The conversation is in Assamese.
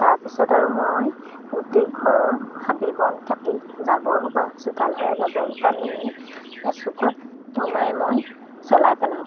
তাৰপিছত আৰু মই গোটেই ঘৰৰ হাবি বন কাটি জাবৰসোপা চোতাল সৰা জাবৰসোপা নি এচুকত দমাই মই জ্বলাই পেলাওঁ